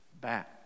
back